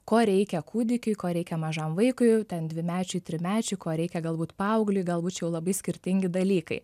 ko reikia kūdikiui ko reikia mažam vaikui ten dvimečiui trimečiui ko reikia galbūt paaugliui galbūt čia jau labai skirtingi dalykai